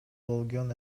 болгон